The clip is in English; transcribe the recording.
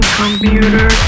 computer